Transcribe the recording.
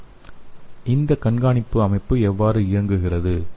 slide நேரத்தைப் பார்க்கவும் 2853 இந்த கண்காணிப்பு அமைப்பு எவ்வாறு இயங்குகிறது